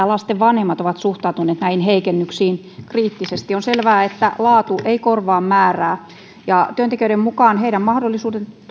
lasten vanhemmat ovat suhtautuneet näihin heikennyksiin kriittisesti on selvää että laatu ei korvaa määrää työntekijöiden mukaan heidän